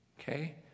okay